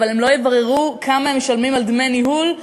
אבל הם לא יבררו כמה הם משלמים דמי ניהול,